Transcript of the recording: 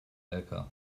elke